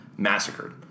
massacred